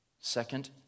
second